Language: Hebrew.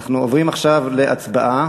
אנחנו עוברים עכשיו להצבעה.